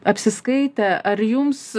apsiskaitę ar jums